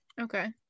Okay